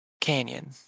canyon